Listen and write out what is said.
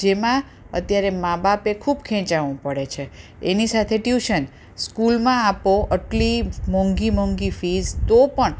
જેમાં અત્યારે મા બાપે ખૂબ ખેંચાવું પડે છે એની સાથે ટયૂશન સ્કૂલમાં આપો એટલી મોંઘી મોંઘી ફીસ તો પણ